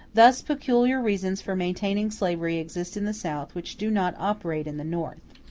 thus, peculiar reasons for maintaining slavery exist in the south which do not operate in the north.